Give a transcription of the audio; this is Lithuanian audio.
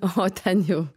o ten jau